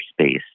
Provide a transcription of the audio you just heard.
space